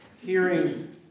hearing